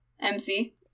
MC